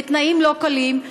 בתנאים לא קלים,